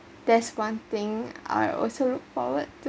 that's one thing I also look forward to